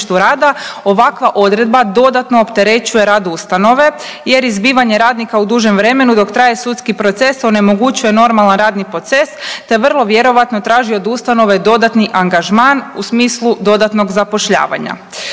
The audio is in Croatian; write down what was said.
ovakva odredba dodatno opterećuje rad ustanove jer izbivanje radnika u dužem vremenu dok traje sudski proces onemogućuje normalan radni proces te vrlo vjerojatno traži od ustanove dodatni angažman u smislu dodatnog zapošljavanja.